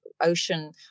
ocean